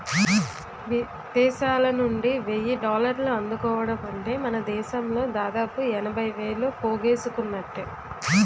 విదేశాలనుండి వెయ్యి డాలర్లు అందుకోవడమంటే మనదేశంలో దాదాపు ఎనభై వేలు పోగేసుకున్నట్టే